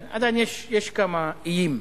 עדיין יש כמה איים.